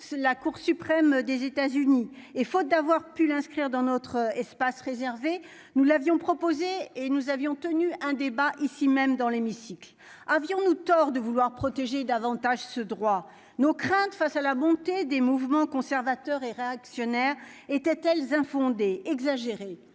la Cour suprême des États-Unis et faute d'avoir pu l'inscrire dans notre espace réservé, nous l'avions proposé et nous avions tenu un débat ici-même dans l'hémicycle, avions-nous tort de vouloir protéger davantage ce droit nos craintes face à la montée des mouvements conservateurs et réactionnaires étaient-elle infondée exagéré,